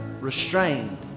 restrained